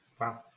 Wow